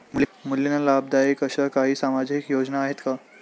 मुलींना लाभदायक अशा काही सामाजिक योजना आहेत का?